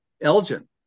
Elgin